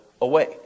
away